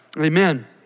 amen